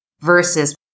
versus